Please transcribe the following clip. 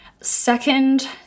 Second